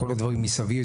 כל הדברים מסביב,